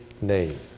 name